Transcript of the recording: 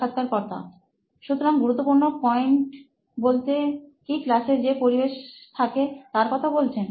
সাক্ষাৎকারকর্তা সুতরাং গুরুত্বপূর্ণ বলতে কি ক্লাসে যে পরিবেশ থাকে তার কথা বলছেন